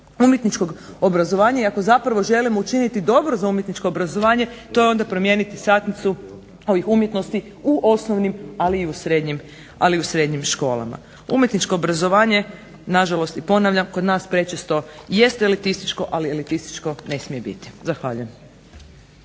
umjetničkog obrazovanja i ako želimo učiniti dobro za umjetničko obrazovanje to je promijeniti satnicu ovih umjetnosti u osnovnim ali i u srednjim školama. Umjetničko obrazovanje na žalost, ponavljam, kod nas prečesto je elitističko ali ne smije biti. Zahvaljujem.